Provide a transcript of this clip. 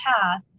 path